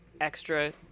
extra